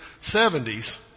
70s